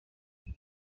yari